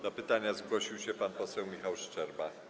Do pytania zgłosił się pan poseł Michał Szczerba.